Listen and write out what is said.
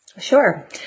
Sure